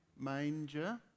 manger